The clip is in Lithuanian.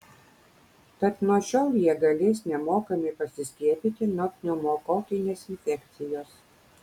tad nuo šiol jie galės nemokamai pasiskiepyti nuo pneumokokinės infekcijos